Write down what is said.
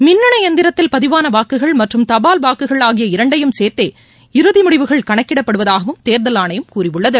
மின்னணு எந்திரத்தில் பதிவான வாக்குகள் மற்றும் தபால் வாக்குகள் ஆகிய இரண்டையும் சேர்த்தே இறுதி முடிவுகள் கணக்கிடப்படுவதாகவும் தேர்தல் ஆணையம் கூறியுள்ளது